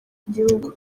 igihugu